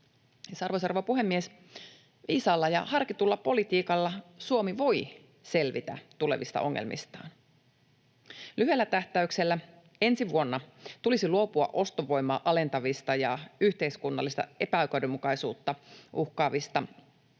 Arvoisa rouva puhemies! Viisaalla ja harkitulla politiikalla Suomi voi selvitä tulevista ongelmistaan. Lyhyellä tähtäyksellä ensi vuonna tulisi luopua ostovoimaa alentavista ja yhteiskunnallista epäoikeudenmukaisuutta uhkaavista